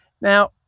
Now